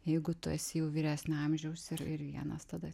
jeigu tu esi jau vyresnio amžiaus ir ir vienas tada